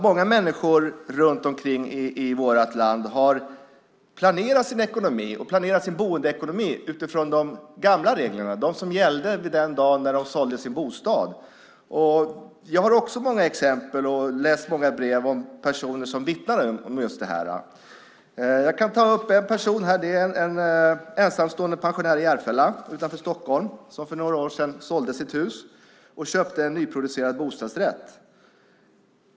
Många människor runt omkring i vårt land har planerat sin ekonomi och sin boendeekonomi utifrån de gamla reglerna, de som gällde den dagen de sålde sin bostad. Jag har också många exempel och har läst många brev från personer som vittnar om just det. Jag kan som ett exempel ta en ensamstående pensionär i Järfälla utanför Stockholm som för några år sedan sålde sitt hus och köpte en nyproducerad bostadsrätt.